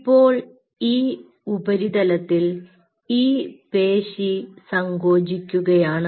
ഇപ്പോൾ ഈ ഉപരിതലത്തിൽ ഈ പേശി സങ്കോചിക്കുകയാണ്